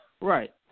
Right